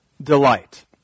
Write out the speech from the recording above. Delight